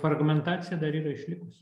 fragmentacija dar yra išlikusi